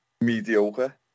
mediocre